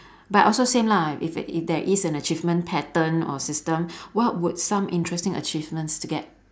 but also same lah if it if there is an achievement pattern or system what would some interesting achievements to get